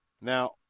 Now